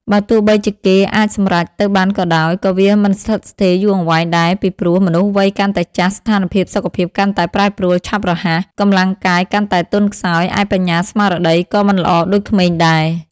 បើទោះបីជាគេអាចសម្រេចទៅបានក៏ដោយ ក៏វាមិនស្ថិតស្ថេរយូរអង្វែងដែរ ពីព្រោះ មនុស្សវ័យកាន់តែចាស់ស្ថានភាពសុខភាពកាន់តែប្រែប្រួលឆាប់រហ័ស កម្លាំងកាយកាន់តែទន់ខ្សោយ ឯបញ្ញា ស្មារតី ក៏មិនល្អដូចក្មេងដែរ។